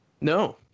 No